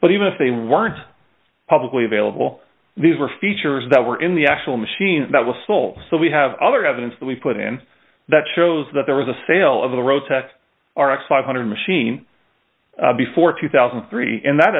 but even if they weren't publicly available these were features that were in the actual machine that will sold so we have other evidence that we put in that shows that there was a sale of the rotex r x five hundred machine before two thousand and three and that